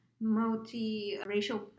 multi-racial